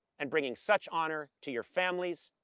and bringing such honor to your families,